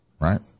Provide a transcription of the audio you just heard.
right